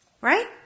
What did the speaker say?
Right